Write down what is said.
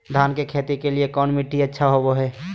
धान की खेती के लिए कौन मिट्टी अच्छा होबो है?